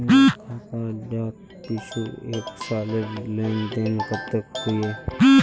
मोर खाता डात पिछुर एक सालेर लेन देन कतेक होइए?